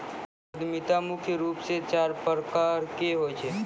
उद्यमिता मुख्य रूप से चार प्रकार के होय छै